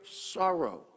sorrow